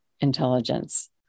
intelligence